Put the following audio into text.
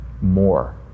more